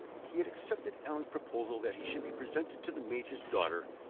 he had accepted allan's proposal that he should be presented to the major's daughter,